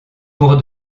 pour